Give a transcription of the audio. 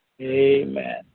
Amen